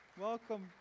welcome